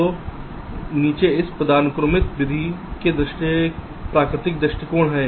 तो नीचे इस पदानुक्रमित विधि में प्राकृतिक दृष्टिकोण है